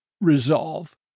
resolve